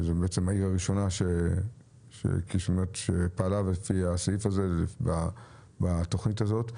שהיא העיר הראשונה שפעלה בתוכנית הזאת,